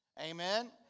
Amen